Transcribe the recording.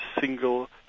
single